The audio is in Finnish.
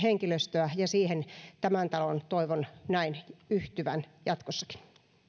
ja siihen tämän talon toivon näin yhtyvän jatkossakin